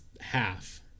half